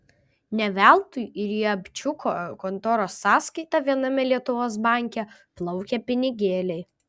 ne veltui į riabčiuko kontoros sąskaitą viename lietuvos banke plaukia pinigėliai